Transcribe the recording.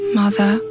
mother